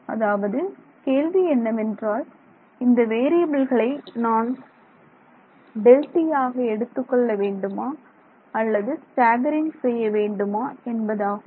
அதாவது கேள்வி என்னவென்றால் இந்த வேறியபில்களை நான் அதை Δtயாக எடுத்துக்கொள்ள வேண்டுமா அல்லது ஸ்டாக்கரிங் செய்ய வேண்டுமா என்பதாகும்